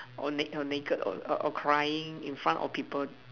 or naked or crying in front of people